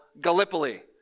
Gallipoli